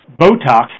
Botox